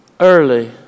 Early